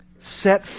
Set